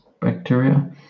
bacteria